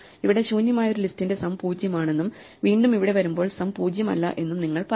ഇവിടെ ശൂന്യമായ ഒരു ലിസ്റ്റിന്റെ സം 0 ആണെന്നും വീണ്ടും ഇവിടെ വരുമ്പോൾ സം 0 അല്ല എന്നും നിങ്ങൾ പറയും